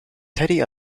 teddy